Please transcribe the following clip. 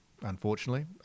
unfortunately